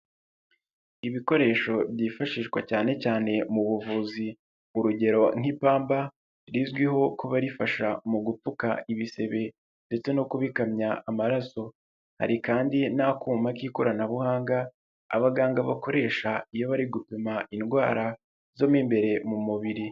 Ibikoresho byifashishwa cyane cyane mu buvuzi, urugero nk'ipamba rizwiho kuba rifasha mu gupfuka ibisebe ndetse no kubikamya amaraso, hari kandi n'akuma k'ikoranabuhanga abaganga bakoresha iyo bari gupima indwara zo mo imbere mu mubiri.